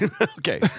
okay